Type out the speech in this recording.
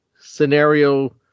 scenario